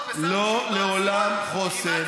לא לעולם חוסן.